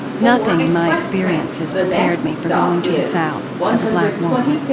nothing in my experience has prepared me for going to the south as a black woman.